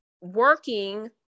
working